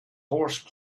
horse